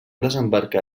desembarcar